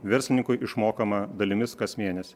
verslininkui išmokama dalimis kas mėnesį